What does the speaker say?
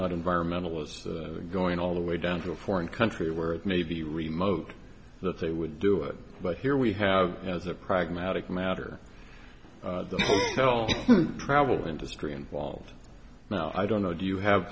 not environmentalist going all the way down to a foreign country where it may be remote that they would do it but here we have as a pragmatic matter well travel industry involved now i don't know do you have